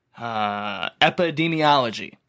Epidemiology